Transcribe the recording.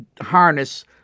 harness